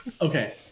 Okay